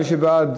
מי שבעד,